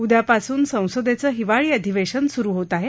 उद्यापासून संसदेचं हिवाळी अधिवेशन सुरु होत आहे